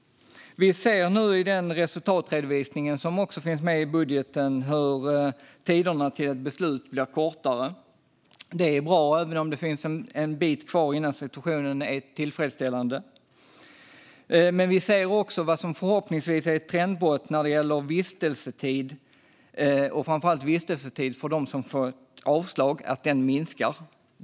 Vi ser nu i den resultatredovisning som också finns med i budgeten hur tiderna till ett beslut blir kortare. Det är bra, även om det finns en bit kvar innan situationen är tillfredsställande. Vi ser även vad som förhoppningsvis är ett trendbrott när det gäller vistelsetid, och framför allt vistelsetid för dem som får ett avslag. Den minskar.